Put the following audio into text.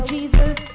Jesus